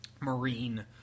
Marine